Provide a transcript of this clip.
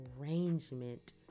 arrangement